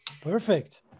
Perfect